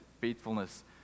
faithfulness